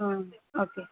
okay